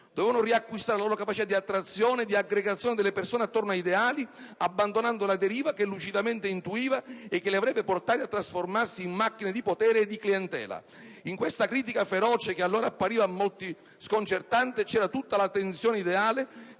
Dovevano riacquistare la loro capacità di attrazione, di aggregazione delle persone attorno a ideali, abbandonando la deriva, che lucidamente intuiva, e che li avrebbe portati a trasformarsi in macchine di potere e di clientela. In questa critica feroce e che allora appariva a molti sconcertante, c'era tutta la tensione ideale